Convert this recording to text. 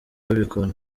babikora